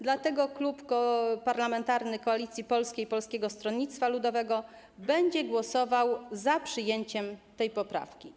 Dlatego Klub Parlamentarny Koalicji Polskiej - Polskiego Stronnictwa Ludowego będzie głosował za przyjęciem tej poprawki.